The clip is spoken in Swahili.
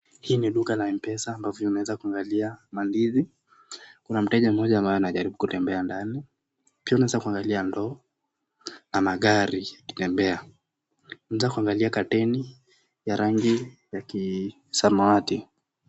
Hii ni duka la mpesa kuna mteja mmoja ambaye anataka kumpelekea ndani, pia unaweza kuangalia ndoo na magari kutembea. Unaweza kuangalia curtain ya rangi ya samawati.